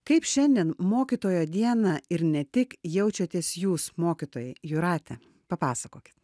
kaip šiandien mokytojo dieną ir ne tik jaučiatės jūs mokytojai jūrate papasakokit